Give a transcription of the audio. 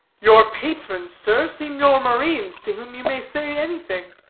your patrons, sir, seem your marines to whom you may say anything,